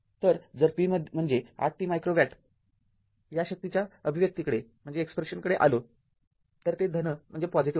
तर जर p म्हणजे ८t मायक्रो वॅट या शक्तीच्या अभिव्यक्तीकडे आलो तर ते धन आहे